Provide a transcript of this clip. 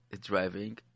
driving